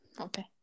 okay